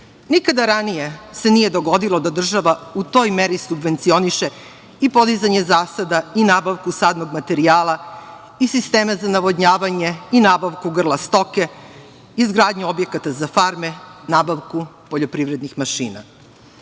nikada ranije se nije dogodilo da država u toj meri subvencioniše i podizanje zasada i nabavku sadnog materijala i sistema za navodnjavanje i nabavku grla stoke, izgradnja objekata za farme, nabavku poljoprivrednih mašina. Velika